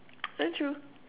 ya true